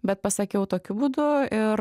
bet pasakiau tokiu būdu ir